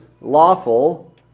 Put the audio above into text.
lawful